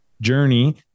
journey